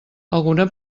alguna